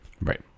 right